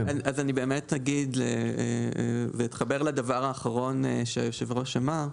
אז אני באמת אגיד ואתחבר לדבר האחרון שהיושב ראש אמר,